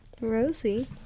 Rosie